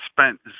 spent